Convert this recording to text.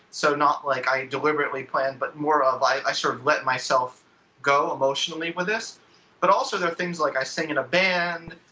so not like i deliberately planned but more of i sort of let myself go emotionally with this but also there are things like i sang in a band,